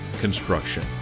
Construction